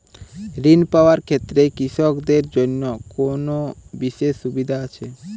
ঋণ পাওয়ার ক্ষেত্রে কৃষকদের জন্য কোনো বিশেষ সুবিধা আছে?